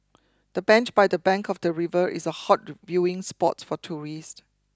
the bench by the bank of the river is a hot viewing spot for tourists